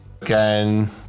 again